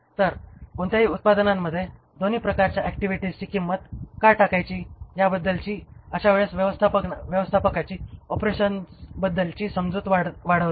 तर कोणत्याही उत्पादनामध्ये दोन्ही प्रकारच्या ऍक्टिव्हिटीजची किंमत का टाकायची ह्याबद्दलची अशावेळेस व्यवस्थापकाची ऑपरेशन्सबद्दलची समजूत वाढवते